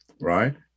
right